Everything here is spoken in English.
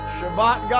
Shabbat